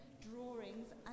drawings